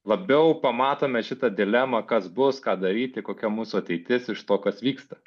labiau pamatome šitą dilemą kas bus ką daryti kokia mūsų ateitis iš to kas vyksta